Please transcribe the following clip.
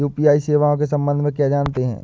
UPI सेवाओं के संबंध में क्या जानते हैं?